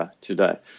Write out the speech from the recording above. Today